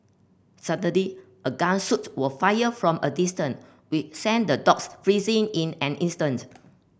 suddenly a gun shot was fired from a distance we sent the dogs freezing in an instant